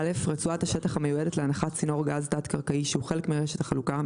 רצועת השטח המיועדת להנחת צינור גז תת־קרקעי שהוא חלק מרשת החלוקה,